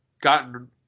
gotten